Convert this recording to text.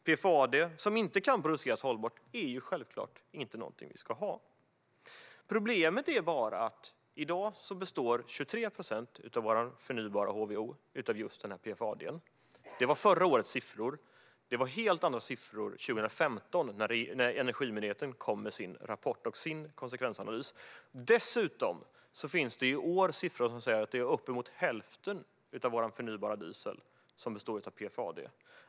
PFAD, som inte kan produceras hållbart, är självklart inget vi ska ha. Problemet är bara att 23 procent av vår förnybara HVO i dag består av just PFAD. Det är förra årets siffra, och det var helt andra siffror 2015 när Energimyndigheten kom med sin rapport och sin konsekvensanalys. Dessutom finns det i år siffror som visar att uppemot hälften av vår förnybara diesel består av PFAD.